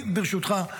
ברשותך,